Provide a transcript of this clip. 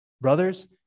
brothers